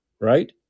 right